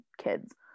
kids